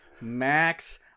Max